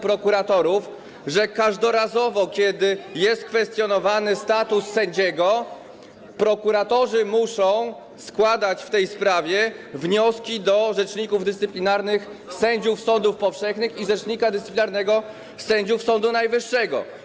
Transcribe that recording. pisze do prokuratorów, że każdorazowo, kiedy jest kwestionowany status sędziego, prokuratorzy muszą składać w tej sprawie wnioski do rzeczników dyscyplinarnych sędziów sądów powszechnych i rzecznika dyscyplinarnego sędziów Sądu Najwyższego.